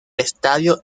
estadio